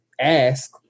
ask